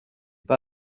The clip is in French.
pas